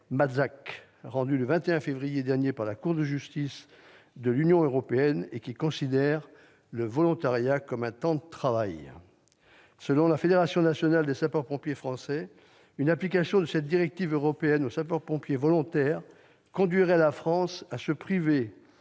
l'arrêt, rendu le 21 février dernier par la Cour de justice de l'Union européenne, qui considère le volontariat comme du temps de travail. Selon la Fédération nationale des sapeurs-pompiers de France, une application de cette directive européenne aux sapeurs-pompiers volontaires conduirait la France à se priver